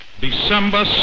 December